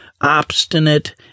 obstinate